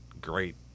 great